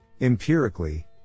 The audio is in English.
Empirically